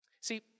See